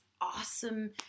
awesome